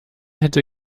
hätte